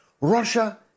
Russia